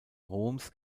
roms